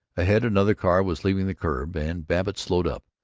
ahead, another car was leaving the curb, and babbitt slowed up,